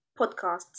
podcasts